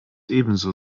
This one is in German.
ebenso